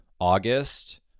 August